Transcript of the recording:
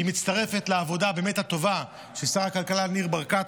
תודה, גברתי היושבת-ראש.